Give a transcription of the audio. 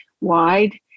wide